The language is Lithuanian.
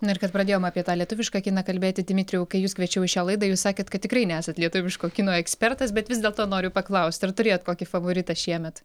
na ir kad pradėjom apie tą lietuvišką kiną kalbėti dmitrijau kai jus kviečiau į šią laidą jūs sakėt kad tikrai nesat lietuviško kino ekspertas bet vis dėlto noriu paklaust ar turėjot kokį favoritą šiemet